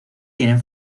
tienen